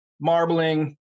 marbling